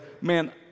man